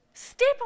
Step